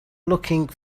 looking